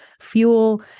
fuel